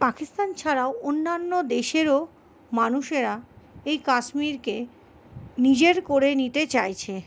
পাকিস্তান ছাড়াও অন্যান্য দেশেরও মানুষেরা এই কাশ্মীরকে নিজের করে নিতে চাইছে